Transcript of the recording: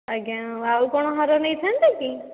ଆଜ୍ଞା ଆଉ କ୍ଣ ହାର ନେଇଥାନ୍ତେ କି